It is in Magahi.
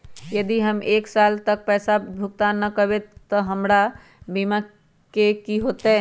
यदि हम एक साल तक पैसा भुगतान न कवै त हमर बीमा के की होतै?